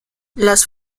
las